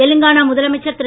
தெலங்கானா முதலமைச்சர் திரு